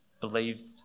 believed